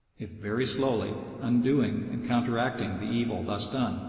if very slowly, undoing and counteracting the evil thus done.